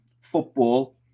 Football